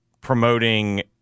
promoting